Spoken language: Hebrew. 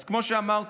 אז כמו שאמרתי,